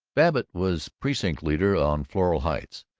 babbitt was precinct-leader on floral heights,